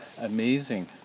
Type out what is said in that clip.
amazing